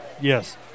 Yes